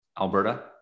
Alberta